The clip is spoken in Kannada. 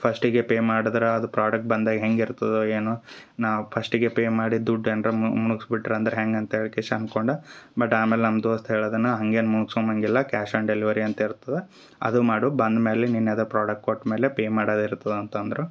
ಫಸ್ಟಿಗೆ ಪೇ ಮಾಡ್ದರ ಅದು ಪ್ರಾಡಕ್ಟ್ ಬಂದಾಗ ಹೆಂಗೆ ಇರ್ತದೊ ಏನೋ ನಾ ಫಸ್ಟಿಗೆ ಪೇ ಮಾಡಿದ ದುಡ್ಡು ಏನ್ರ ಮುಣ್ಕುಸ್ ಬಿಟ್ರಿ ಅಂದ್ರೆ ಹೆಂಗೆ ಅಂತ್ಹೇಳಿ ಕಿಶ ಅನ್ಕೊಂಡು ಬಟ್ ಆಮೇಲೆ ನಮ್ಮ ದೋಸ್ತ್ ಹೇಳ್ದನ ಹಂಗೇನು ಮುಣುಸುಕಮಂಗೆ ಇಲ್ಲ ಕ್ಯಾಶ್ ಆ್ಯಂಡ್ ಡೆಲಿವರಿ ಅಂತ ಇರ್ತದ ಅದು ಮಾಡು ಬಂದ್ಮೇಲೆ ನಿನ್ನೆದ ಪ್ರಾಡಕ್ಟ್ ಕೊಟ್ಟಮೇಲೆ ಪೇ ಮಾಡಿದ ಇರ್ತದ ಅಂತ ಅಂದರು